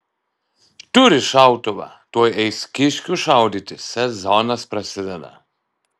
turi šautuvą tuoj eis kiškių šaudyti sezonas prasideda